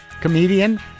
comedian